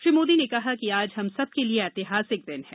श्री मोदी ने कहा कि आज हम सबके लिए ऐतिहासिक दिन है